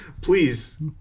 Please